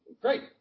great